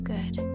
Good